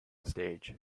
stage